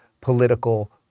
political